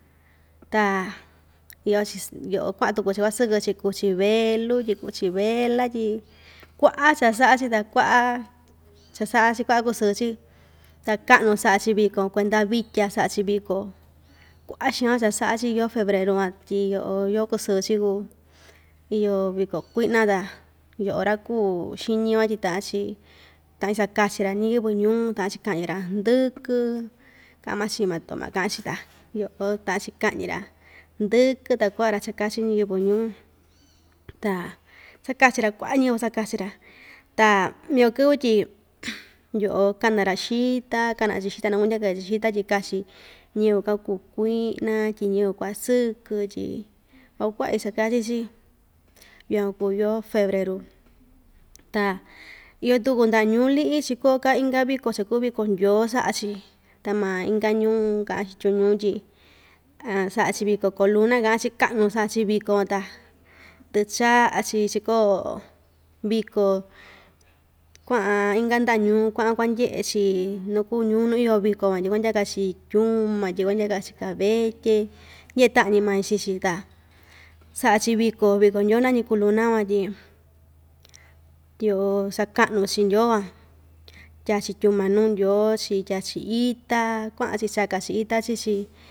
Ta iyo‑chi yo'o kua'an tuku‑chi kuasɨkɨ‑chi kuu‑chi velu tyi kuu‑chi vela tyi kua'a cha‑sa'a‑chi ta kua'a cha‑sa'a‑chi ku'va kusɨɨ‑chi ta ka'nu sa'a‑chi viko, kuenda vitya sa'a‑chi viko kua'a xaan cha‑sa'a‑chi yoo febreru van tyi yo'o yoo kusɨɨ‑chi kuu iyo viko kui'na ta yo'o ra‑kuu xiñi van tyi ta'an‑chi ta'an‑chi sakachi‑ra ñiyɨvɨ ñuu ta'an‑chi ka'ñi‑ra hndɨvɨ ka'an maa‑chi matoma ka'an‑chi ta yo'o ta'an‑chi ka'ñi‑ra hndɨkɨ ta ku'va‑ra cha kachi ñiyɨvɨ ñuu ta sakachi‑ra kua'a ñɨvɨ sakachi‑ra ta iyo kɨvɨ tyi ndyo'o kana‑ra xita kana‑chi xita na kundyaka‑chi xita tyi kachi ñɨvɨ kuakuu kui'na tyi ñɨvɨ kuasɨkɨ tyi kuaku'va‑chi chakachi‑chi yukuan kuu yoo febreru ta iyo tuku nda'a ñuu li'i chikò‑ka inka viko cha kuu viko ndyoo sa'a‑chi ta maa inka ñuu ka'an‑chi tyoñu tyi sa'a‑chi viko koluna ka'an‑chi ka'nu sa'a‑chi viko van ta tɨcha'a‑chi chiko viko kua'an inka nda'a ñuu kua'an kuandye'e‑chi nu kuu ñuu nu iyo viko van tyi kuandyaka‑chi tyuma tyi kuandyaka‑chi kavetye ndye'e ta'an‑ñi maa‑chi chi‑chi ta sa'a‑chi viko viko ndyoo nañi kuluna van tyi yo'o saka'nu‑chi ndyoo van tyaa‑chi tyuma nuu ndyoo‑chi tyaa‑chi ita kua'an‑chi chaka‑chi ita chii‑chi.